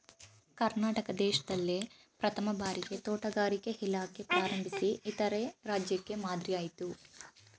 ಕರ್ನಾಟಕ ದೇಶ್ದಲ್ಲೇ ಪ್ರಥಮ್ ಭಾರಿಗೆ ತೋಟಗಾರಿಕೆ ಇಲಾಖೆ ಪ್ರಾರಂಭಿಸಿ ಇತರೆ ರಾಜ್ಯಕ್ಕೆ ಮಾದ್ರಿಯಾಯ್ತು